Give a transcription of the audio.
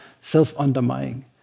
self-undermining